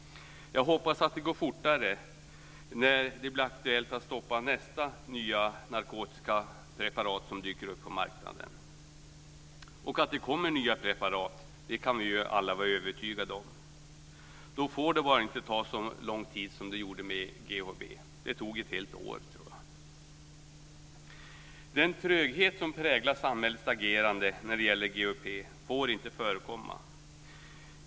Jag hoppas att det går fortare när det blir aktuellt att stoppa nästa nya narkotiska preparat som dyker upp på marknaden. Att det kommer nya preparat kan vi alla vara övertygade om. Då får det bara inte ta så lång tid som det gjorde med GHB. Jag tror att det tog ett helt år. Den tröghet som präglat samhällets agerande när det gäller GHB får inte förekomma.